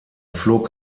flog